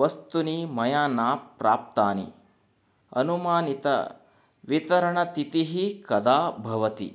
वस्तुनि मया न प्राप्तानि अनुमानितवितरणतिथिः कदा भवति